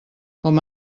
com